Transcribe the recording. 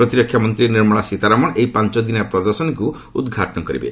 ପ୍ରତିରକ୍ଷା ମନ୍ତ୍ରୀ ନିର୍ମଳା ସୀତାରମଣ ଏହି ପାଞ୍ଚ ଦିନିଆ ପ୍ରଦର୍ଶନୀକୁ ଉଦ୍ଘାଟନ କରିବେ